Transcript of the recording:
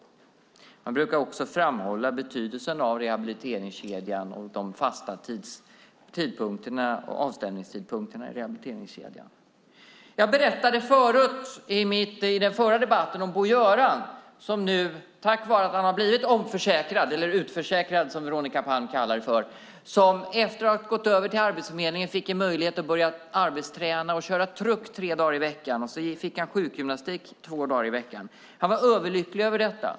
Man brukar framhålla betydelsen av rehabiliteringskedjan och de fasta avstämningstidpunkterna i rehabiliteringskedjan. Jag berättade i den förra debatten om Bo-Göran som, tack vare att han blev omförsäkrad, eller utförsäkrad som Veronica Palm kallar det för, efter att ha gått över till Arbetsförmedlingen fick en möjlighet att börja arbetsträna och köra truck tre dagar veckan, och han fick sjukgymnastik två dagar i veckan. Han var överlycklig över detta.